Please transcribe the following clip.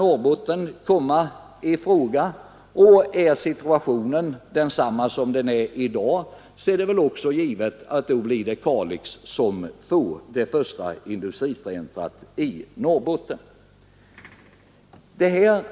Om situationen är densamma som i dag är det alltså givet att Kalix får det första industricentrum i Norrbotten.